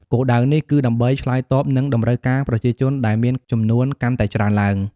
គោលដៅនេះគឺដើម្បីឆ្លើយតបនឹងតម្រូវការប្រជាជនដែលមានចំនួនកាន់តែច្រើនឡើង។